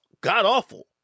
god-awful